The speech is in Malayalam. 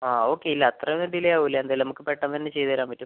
ആ ഓക്കെ ഇല്ല അത്ര ഒന്നും ഡിലേ ആവൂല്ല എന്തായാലും നമുക്ക് പെട്ടെന്ന് തന്നെ ചെയ്ത് തരാൻ പറ്റും